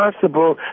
possible